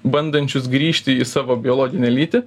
bandančius grįžti į savo biologinę lytį